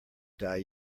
die